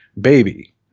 Baby